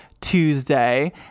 Tuesday